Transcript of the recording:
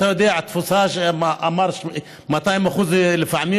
אתה יודע, התפוסה שם היא 200% לפעמים.